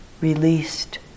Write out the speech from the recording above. released